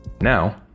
Now